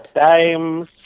Times